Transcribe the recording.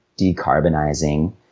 decarbonizing